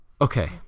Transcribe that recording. Okay